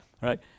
right